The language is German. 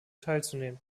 teilzunehmen